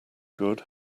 good